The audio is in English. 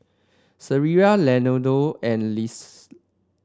Sierra Leonardo and Lisle